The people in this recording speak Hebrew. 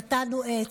נטענו עץ.